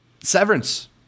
Severance